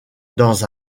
dans